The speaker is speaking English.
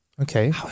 okay